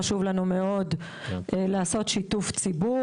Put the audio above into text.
חשוב לנו מאוד לעשות שיתוף ציבור,